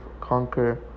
conquer